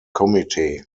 committee